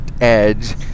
edge